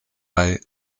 bei